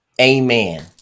Amen